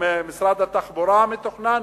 ממשרד התחבורה מתוכנן,